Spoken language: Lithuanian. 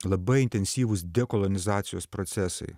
labai intensyvūs dekolonizacijos procesai